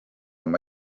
oma